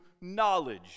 knowledge